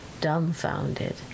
dumbfounded